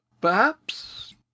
Perhaps